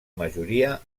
majoria